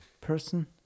person